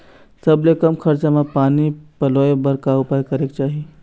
सबले कम खरचा मा पानी पलोए बर का उपाय करेक चाही?